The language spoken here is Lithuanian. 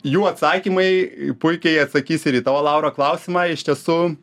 jų atsakymai puikiai atsakys ir į tavo laura klausimą iš tiesų